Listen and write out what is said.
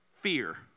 fear